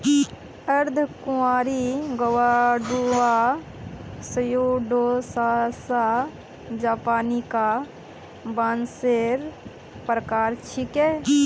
अर्धकुंवारी Guadua Pseudosasa japonica बांसेर प्रकार छिके